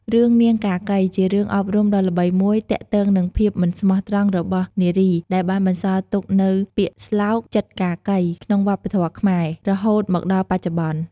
រឿង នាងកាកី ជារឿងអប់រំដ៏ល្បីមួយទាក់ទងនឹងភាពមិនស្មោះត្រង់របស់នារី ដែលបានបន្សល់ទុកនូវពាក្យស្លោក "ចិត្តកាកី" ក្នុងវប្បធម៌ខ្មែរ រហូតមកដល់បច្ចុប្បន្ន។